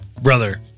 brother